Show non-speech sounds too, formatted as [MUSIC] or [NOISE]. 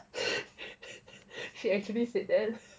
[LAUGHS] she actually said that